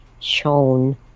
shown